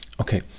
Okay